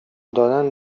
دادن